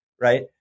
right